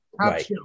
Right